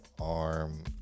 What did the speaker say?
arm